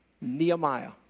Nehemiah